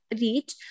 reach